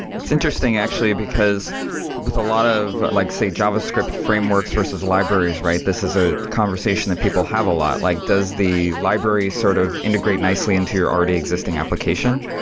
it's interesting actually, because with a lot of like, say, javascript frameworks versus libraries, right? this is a conversation that people have a lot. like, does the library sort of integrate nicely into your already existing application,